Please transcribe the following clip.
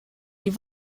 die